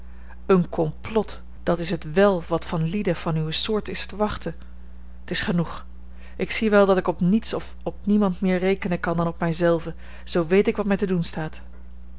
een komplot dat is het wèl wat van lieden van uwe soort is te wachten t is genoeg ik zie wel dat ik op niets of op niemand meer rekenen kan dan op mij zelve zoo weet ik wat mij te doen staat